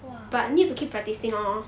!wah!